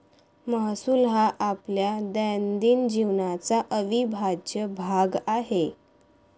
महसूल हा आपल्या दैनंदिन जीवनाचा अविभाज्य भाग आहे